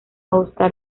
oscar